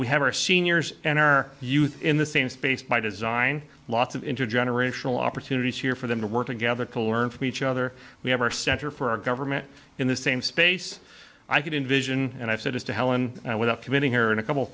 we have our seniors and our youth in the same space by design lots of intergenerational opportunities here for them to work together to learn from each other we have our center for our government in the same space i could envision and i've said this to helen and without committing here in a couple